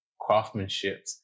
craftsmanship